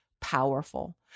powerful